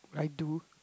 I do